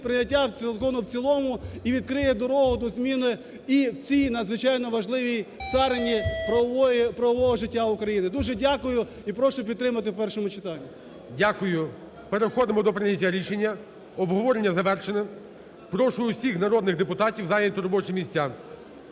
прийняття закону в цілому і відкриє дорогу до зміни і в цій надзвичайно важливій царині правової… правового життя. України. Дуже дякую і прошу підтримати в першому читанні. ГОЛОВУЮЧИЙ. Дякую. Переходимо до прийняття рішення. Обговорення завершене. Прошу усіх народних депутатів зайняти робочі місця.